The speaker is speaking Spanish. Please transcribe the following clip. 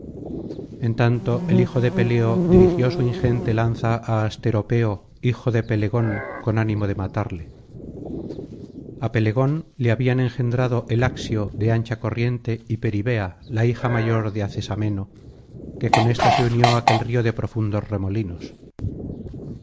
en tanto el hijo de peleo dirigió su ingente lanza á asteropeo hijo de pelegón con ánimo de matarle a pelegón le habían engendrado el axio de ancha corriente y peribea la hija mayor de acesameno que con ésta se unió aquel río de profundos remolinos